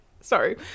sorry